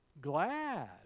glad